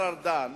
ארדן